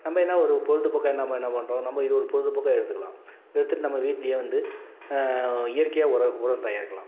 நம்ம எதனா ஒரு பொழுதுபோக்காக நம்ம என்ன பண்ணுறோம் நம்ம இது ஒரு பொழுதுபோக்காக எடுத்துக்கலாம் எடுத்துட்டு நம்ம வீட்டிலையே வந்து இயற்கையாக உரம் உரம் தயாரிக்கலாம்